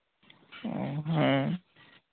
ᱚ ᱦᱮᱸ